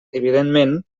evidentment